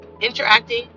interacting